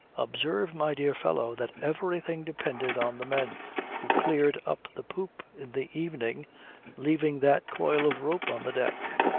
observe, my dear fellow, that everything depended on the men who cleared up the poop in the evening leaving that coil of rope on the deck,